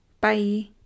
Bye